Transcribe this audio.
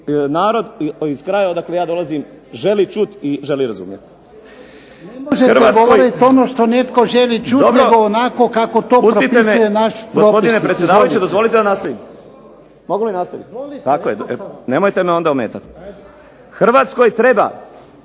narod iz kraja odakle ja dolazim želi čuti i želi razumjeti. **Jarnjak,